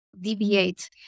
deviate